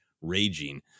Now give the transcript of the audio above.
raging